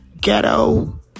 ghetto